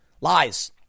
Lies